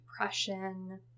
depression